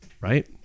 right